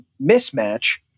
mismatch